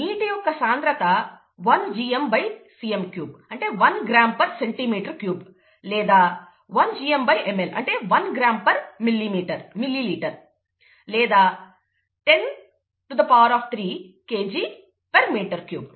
నీటి యొక్క సాంద్రత 1 gmcm³ one gram per centimetre cube లేదా 1gmml one gram per millilitre లేదా 10³ kgm³ ten power three KG per metre cube